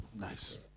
Nice